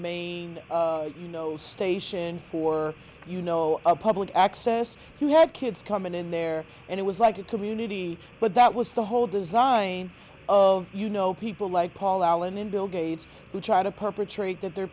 main you know station for you know a public access who had kids coming in there and it was like a community but that was the whole design of you know people like paul allen and bill gates who try to perpetrate that the